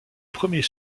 premier